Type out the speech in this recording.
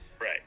Right